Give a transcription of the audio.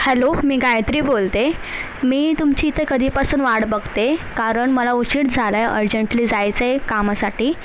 hello मी गायत्री बोलते मी तुमची इथं कधीपासून वाट बघते कारण मला उशीर झाला आहे अर्जंटली जायचं आहे कामासाठी